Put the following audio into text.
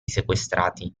sequestrati